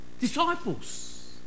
disciples